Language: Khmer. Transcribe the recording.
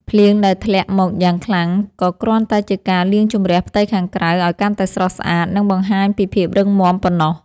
ភ្លៀងដែលធ្លាក់មកយ៉ាងខ្លាំងក៏គ្រាន់តែជាការលាងជម្រះផ្ទៃខាងក្រៅឱ្យកាន់តែស្រស់ស្អាត និង បង្ហាញពីភាពរឹងមាំប៉ុណ្ណោះ។